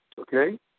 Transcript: Okay